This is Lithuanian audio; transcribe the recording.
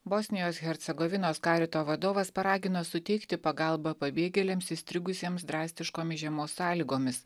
bosnijos hercegovinos carito vadovas paragino suteikti pagalbą pabėgėliams įstrigusiems drastiškomis žiemos sąlygomis